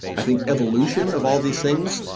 i think, evolution of all these things.